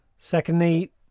Secondly